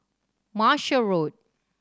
Martia Road